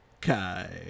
kai